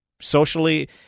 socially